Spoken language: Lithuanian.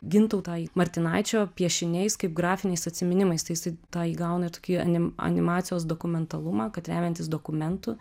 gintautą martinaičio piešiniais kaip grafiniais atsiminimais tai jisai tą įgauna tokį anim animacijos dokumentalumą kad remiantis dokumentu